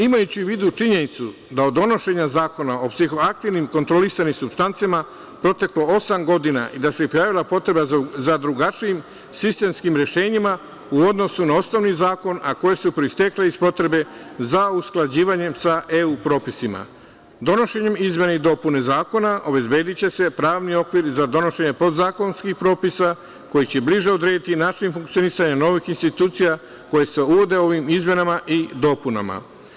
Imajući u vidu činjenicu da je od donošenja Zakona o psihoaktivnim kontrolisanim supstancama proteklo osam godina i da se pojavila potreba za drugačijim sistemskim rešenjima u odnosu na osnovni zakon, a koje su proistekle iz potrebe za usklađivanjem sa EU propisima, donošenjem izmena i dopuna ovog zakona obezbediće se pravni okviri za donošenje podzakonskih propisa koji će bliže odrediti način funkcionisanja novih institucija koje se uvode ovim izmenama i dopunama.